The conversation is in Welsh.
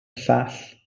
llall